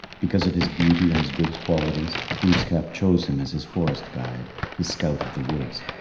because of his beauty and his good qualities, glooskap chose him as his forest guide, his scout of the woods.